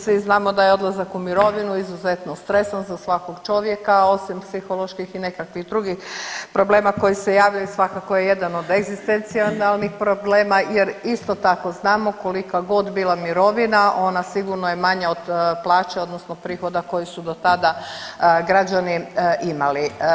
Svi znamo da je odlazak u mirovinu izrazito stresan za svakog čovjeka osim psiholoških i nekakvih drugih problema koji se javljaju svakako je jedan od egzistencionalnih problema, jer isto tako znamo kolika god bila mirovina ona sigurno je manja od plaće, odnosno prihoda koji su do tada građani imali.